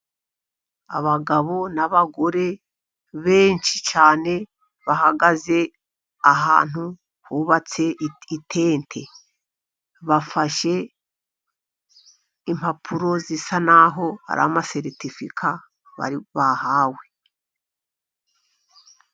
Abagabo n'abagore benshi cyane bahagaze ahantu hubatse itente. Bafashe impapuro zisa naho ari seritifika bari bahawe.